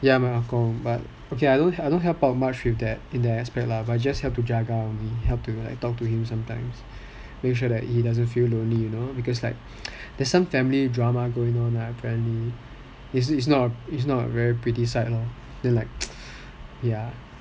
ya my ah gong but okay I don't help out much with that in that aspect lah but I just have to jaga only like help to talk to him sometimes make sure that he doesn't feel lonely you know because like there's some family drama going on ah apparently it's not a very pretty site lor then like ya